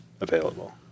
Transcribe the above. available